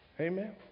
Amen